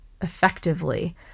effectively